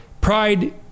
pride